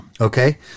Okay